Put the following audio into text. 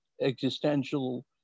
existential